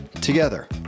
together